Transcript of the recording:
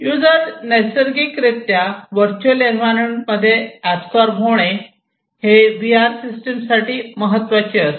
user नैसर्गिकरित्या virtual environment मध्ये एप्ससर्ब होणे व्ही आर सिस्टम साठी महत्त्वाचे असते